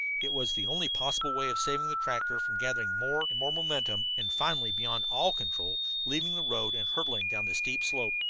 it was the only possible way of saving the tractor from gathering more and more momentum, and, finally beyond all control, leaving the road and hurtling down the steep slope.